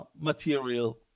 material